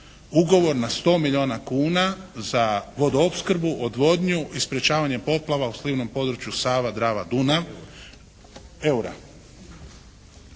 ugovor na 100 milijuna kuna za vodoopskrbu, odvodnju i sprječavanje poplava u slivnom području Sava-Drava-Dunav…